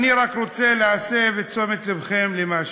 אני רק רוצה להסב את תשומת לבכם למשהו.